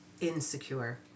insecure